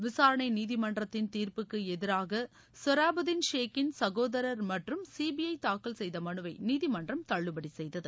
விசாரணை நீதிமன்றத்தின் தீர்ப்புக்கு எதிராக சொராபுதீன் ஷேக்கின் சகோதரர் மற்றும் சிபிஐ தாக்கல் செய்த மனுவை நீதிமன்றம தள்ளுபடி செய்தது